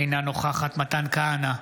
אינה נוכחת מתן כהנא,